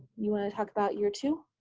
you want to talk about year two?